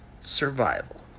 Survival